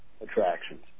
attractions